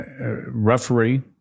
referee